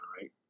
right